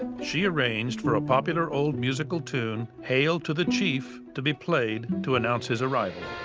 she arranged for a popular old musical tune, hail to the chief, to be played to announce his arrival.